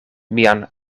mian